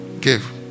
Give